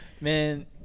Man